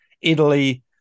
Italy